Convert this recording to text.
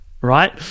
right